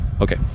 Okay